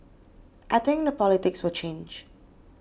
I think the politics will change